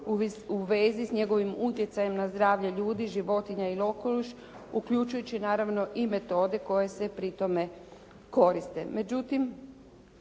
u vezi s njegovim utjecajem na zdravlje ljudi, životinja ili okoliš uključujući naravno i metode koje se pri tome koriste.